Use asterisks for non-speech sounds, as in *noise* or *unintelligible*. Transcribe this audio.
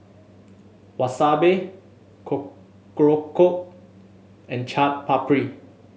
Wasabi *unintelligible* Korokke and Chaat Papri